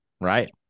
right